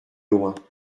loin